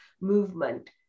movement